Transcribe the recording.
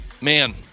man